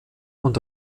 und